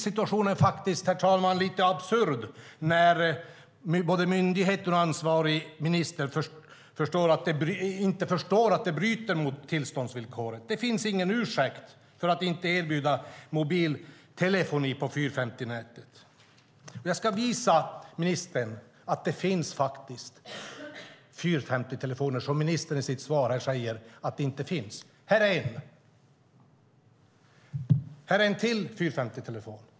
Situationen blir lite absurd när varken myndigheten eller ansvarig minister förstår att det bryter mot tillståndsvillkoren. Det finns ingen ursäkt att inte erbjuda mobiltelefoni på 450-nätet. Jag ska visa ministern att det faktiskt finns 450-telefoner. I sitt svar säger ministern att de inte finns. Här är en! Här är en till!